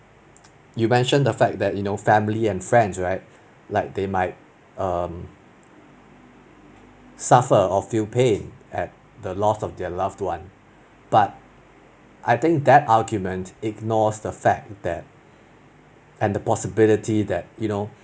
you mention the fact that you know family and friends right like they might um suffer or feel pain at the loss of their loved one but I think that argument ignores that fact that and the possibility that you know